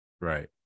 Right